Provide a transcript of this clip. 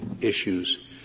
issues